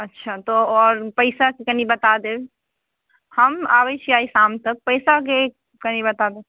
अच्छा तऽ आओर पैसाके कनि बता देब हम आबैत छी आइ शाम तक पैसाके कनि बताबू